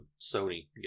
Sony